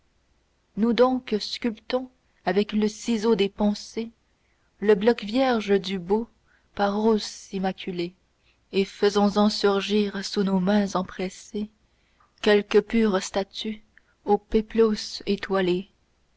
nous donc sculptons avec le ciseau des pensées le bloc vierge du beau paros immaculé et faisons-en surgir sous nos mains empressées quelque pure statue au péplos étoile